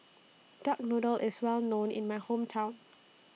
Duck Noodle IS Well known in My Hometown